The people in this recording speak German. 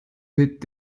mit